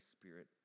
spirit